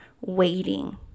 waiting